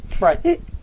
Right